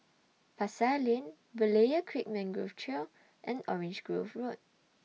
Pasar Lane Berlayer Creek Mangrove Trail and Orange Grove Road